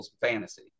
fantasy